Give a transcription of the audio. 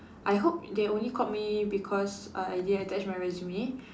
I hope they only called me because I didn't attach my resume